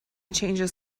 changes